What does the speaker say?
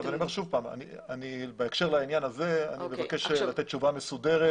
אני אומר שוב שבהקשר לעניין הזה אני מבקש לתת תשובה מסודרת